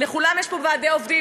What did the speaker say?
לכולם יש פה ועדי עובדים,